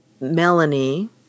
Melanie